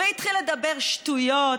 והתחיל לדבר שטויות.